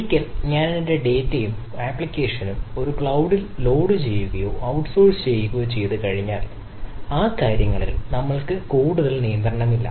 ഒരിക്കൽ ഞാൻ എന്റെ ഡാറ്റയും ആപ്ലിക്കേഷനും ഒരു ക്ലൌഡിൽ ലോഡുചെയ്യുകയോ ഔട്ട്സോഴ്സ് ചെയ്യുകയോ ചെയ്തുകഴിഞ്ഞാൽ ആ കാര്യങ്ങളിൽ നമ്മൾക്ക് കൂടുതൽ നിയന്ത്രണമില്ല